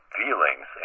feelings